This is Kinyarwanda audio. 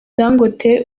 dangote